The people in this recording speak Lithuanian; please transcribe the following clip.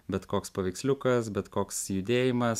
bet koks paveiksliukas bet koks judėjimas